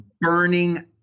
burning